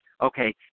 Okay